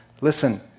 listen